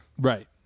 Right